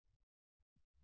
విద్యార్థి 0